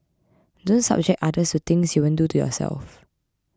don't subject others to things you won't do to yourself